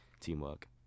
teamwork